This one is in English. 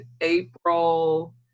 April